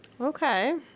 Okay